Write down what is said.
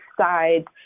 sides